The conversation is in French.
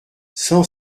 cent